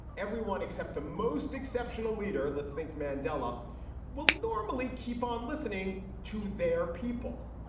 everyone except the most exceptional leader. let's think mandela will normally keep on listening to their people.